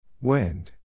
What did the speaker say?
Wind